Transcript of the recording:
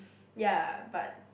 ya but